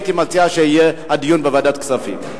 הייתי מציע שהדיון יתקיים בוועדת הכספים.